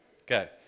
Okay